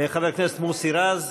חבר הכנסת מוסי רז.